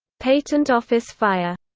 patent office fire